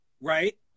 Right